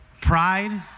pride